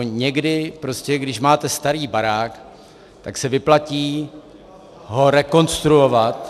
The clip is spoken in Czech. Někdy, když máte starý barák, tak se vyplatí ho rekonstruovat